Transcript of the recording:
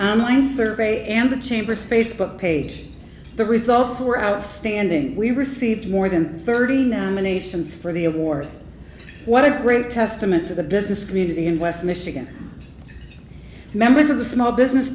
on line survey and the chamber space but page the results were outstanding we received more than thirty them in a sense for the award what a great testament to the business community in west michigan members of the small business